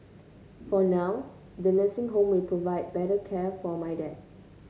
for now the nursing home will provide better care for my dad